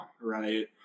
right